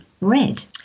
red